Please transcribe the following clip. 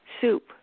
soup